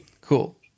Cool